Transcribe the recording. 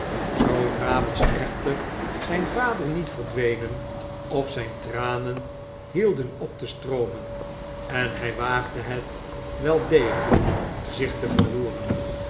zoodra was echter zijn vader niet verdwenen of zijn tranen hielden op te stroomen en hij waagde het wel degelijk zich te verroeren